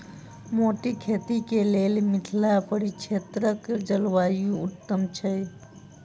मोतीक खेती केँ लेल मिथिला परिक्षेत्रक जलवायु उत्तम छै?